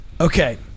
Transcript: Okay